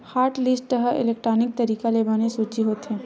hotlist ह electronic तरीका ले बने सूची होथे